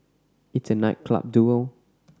it's a night club duel